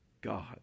God